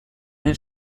den